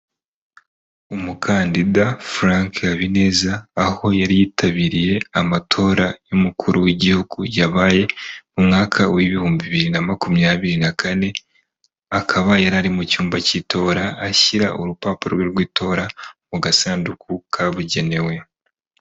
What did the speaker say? Umukandida Frank Habineza aho yari yitabiriye amatora y'umukuru w'igihugu yabaye mu mwaka w'ibihumbi bibiri na makumyabiri na kane, akaba yari ari mu cyumba cy'itora ashyira urupapuro rwe rw'itora mu gasanduku kabugenewe.